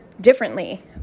differently